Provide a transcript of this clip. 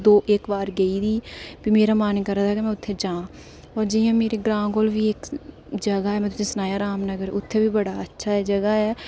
दो इक्क बार गेदी प्ही मेरा मन करा दा में उत्थै जां होर जि'यां मेरे ग्रांऽ कोल बी इक्क जगह ऐ में तुसेंगी सनाया रामनगर उत्थै बी बड़ा अच्छा जगह ऐ